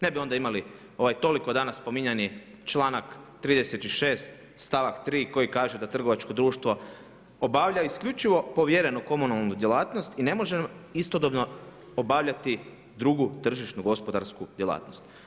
Ne bi onda imali toliko danas spominjani članak 36. stavak 3. koji kaže da trgovačko društvo obavlja isključivo provjerenu komunalnu djelatnost i ne može istodobno obavljati drugu tržišnu gospodarsku djelatnost.